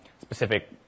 specific